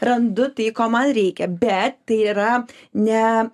randu tai ko man reikia bet tai yra ne